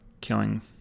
killing